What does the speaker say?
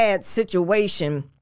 situation